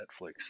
netflix